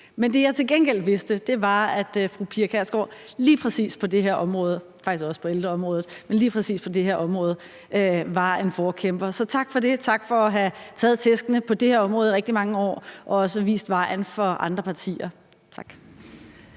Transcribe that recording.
Men det, jeg til gengæld vidste, var, at fru Pia Kjærsgaard lige præcis på det her område – og faktisk også på ældreområdet – var en forkæmper. Så tak for det, og tak for at have taget tæskene på det her område i rigtig mange år og også vist vejen for andre partier. Tak.